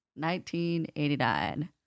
1989